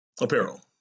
Apparel